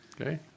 Okay